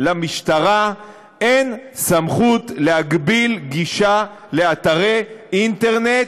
למשטרה אין סמכות להגביל גישה לאתרי אינטרנט,